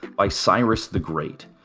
by cyrus the great.